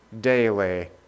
daily